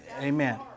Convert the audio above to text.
Amen